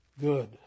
good